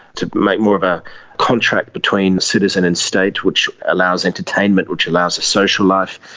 to make more of a contract between citizen and state, which allows entertainment, which allows a social life,